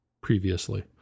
previously